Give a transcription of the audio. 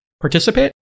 participate